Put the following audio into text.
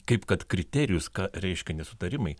kaip kad kriterijus ką reiškia nesutarimai